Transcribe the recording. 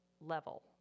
level